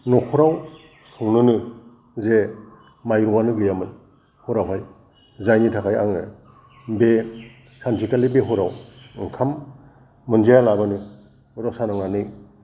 न'खराव संनोनो जे माइरंआनो गैयामोन हरावहाय जायनि थाखाय आङो बे सानसेखालि बे हराव ओंखाम मोनजाया लाबानो रसा नांनानै